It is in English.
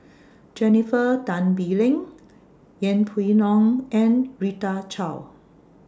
Jennifer Tan Bee Leng Yeng Pway Ngon and Rita Chao